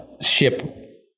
ship